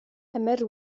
emyr